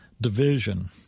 division